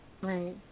Right